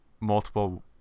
multiple